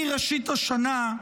מראשית השנה,